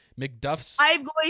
McDuff's